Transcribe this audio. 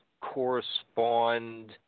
correspond